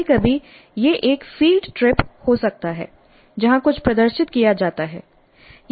कभी कभी यह एक फील्ड ट्रिप हो सकता है जहां कुछ प्रदर्शित किया जाता है